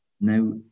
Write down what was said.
Now